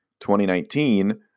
2019